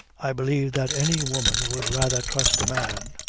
i believe that any woman would rather trust a man.